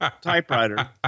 typewriter